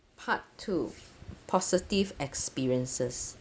part two positive experiences